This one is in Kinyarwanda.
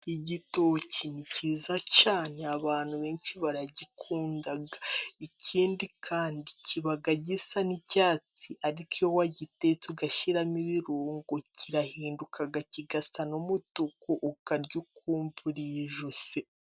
Igitoki ni cyiza cyane, abantu benshi baragikunda. Ikindi kandi kiba gisa n’icyatsi, ariko iyo wagitetse ugashyiramo ibirungo kirahinduka kigasa n’umutuku, ukarya ukumva urijuse.